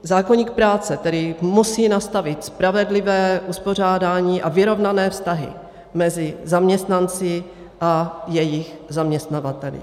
Zákoník práce tedy musí nastavit spravedlivé uspořádání a vyrovnané vztahy mezi zaměstnanci a jejich zaměstnavateli.